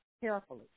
carefully